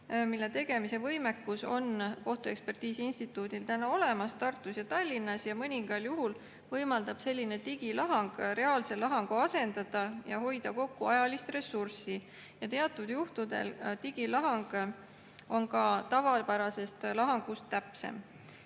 mille tegemise võimekus on kohtuekspertiisi instituudil praegu olemas – Tartus ja Tallinnas – ja mõningal juhul võimaldab selline digilahang reaalse lahangu asendada ja hoida kokku ajalist ressurssi. Teatud juhtudel on digilahang tavapärasest lahangust täpsem.